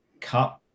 cut